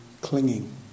clinging